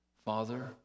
Father